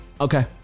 Okay